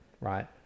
right